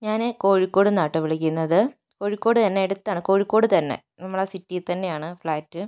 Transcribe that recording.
ഞാൻ കോഴിക്കോട് നിന്നാണ് കേട്ടോ വിളിക്കുന്നത് കോഴിക്കോട് തന്നെ അടുത്താണ് കോഴിക്കോട് തന്നെ നമ്മുടെ സിറ്റിയിൽ തന്നെയാണ് ഫ്ലാറ്റ്